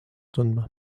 tundma